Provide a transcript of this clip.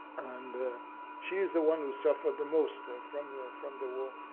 and she is the one who suffered the most from the from the war.